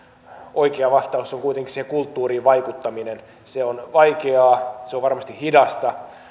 oikea vastaus on kuitenkin siihen kulttuuriin vaikuttaminen se on vaikeaa se on varmasti hidasta